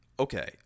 Okay